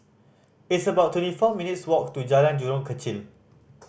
it's about twenty four minutes' walk to Jalan Jurong Kechil